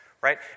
Right